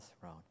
throne